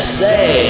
say